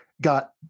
got